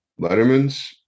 letterman's